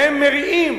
והם מריעים